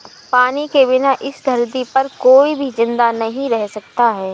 पानी के बिना इस धरती पर कोई भी जिंदा नहीं रह सकता है